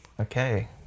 Okay